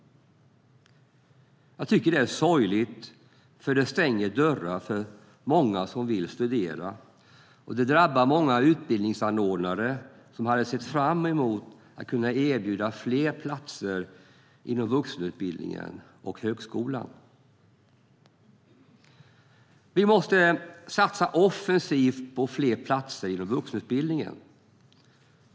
Jag tycker att det är sorgligt, eftersom det stänger dörrar för många som vill studera. Det drabbar många utbildningsanordnare som hade sett fram emot att kunna erbjuda fler platser inom vuxenutbildningen och högskolan. Vi måste satsa offensivt på fler platser inom vuxenutbildningen.